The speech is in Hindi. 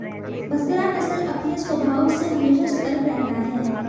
बसरा नस्ल अपने स्वभाव से हमेशा सतर्क रहता है